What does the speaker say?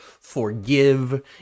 forgive